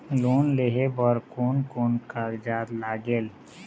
Loan लेहे बर कोन कोन कागजात लागेल?